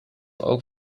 ook